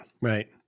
right